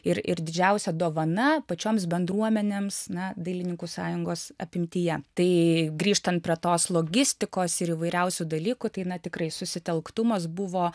ir ir didžiausia dovana pačioms bendruomenėms na dailininkų sąjungos apimtyje tai grįžtant prie tos logistikos ir įvairiausių dalykų tai na tikrai susitelktumas buvo